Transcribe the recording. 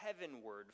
heavenward